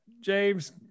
James